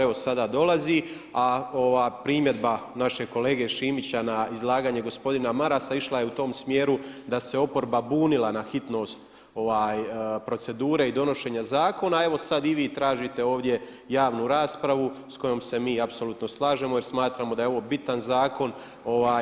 Evo sada dolazi, a ova primjedba našeg kolege Šimića na izlaganje gospodina Marasa išla je u tom smjeru da se oporba bunila na hitnost procedure i donošenja zakona, evo sad i vi tražite ovdje javnu raspravu s kojom se mi apsolutno slažemo jer smatramo da je ovo bitan zakon.